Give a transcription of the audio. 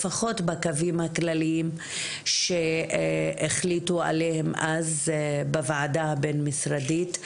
לפחות בקווים הכלליים שהחליטו עליהם אז בוועדה הבין משרדית.